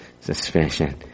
Suspicion